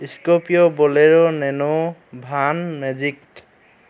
scorpio bolero nano van magic